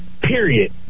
Period